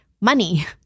money